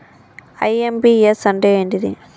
IMPS అంటే ఏంటిది?